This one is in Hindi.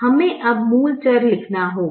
हमें अब मूल चर लिखना होगा